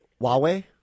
Huawei